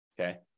Okay